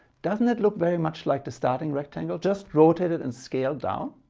doesn't it look very much like the starting rectangle, just rotated and scaled down.